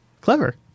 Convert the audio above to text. Clever